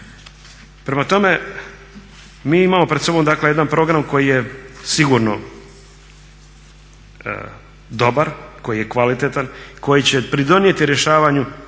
Prema tome, mi imamo pred sobom dakle jedan program koji je sigurno dobar, koji je kvalitetan, koji će pridonijeti rješavanju